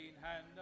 hand